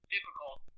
difficult